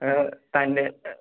തൻ്റെ